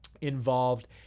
involved